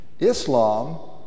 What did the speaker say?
Islam